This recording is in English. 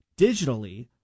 digitally